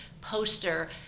poster